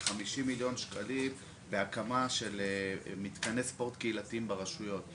כ-50 מיליון שקלים בהקמה של מתקני ספורט קהילתיים ברשויות המקומיות.